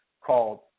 called